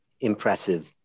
impressive